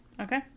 Okay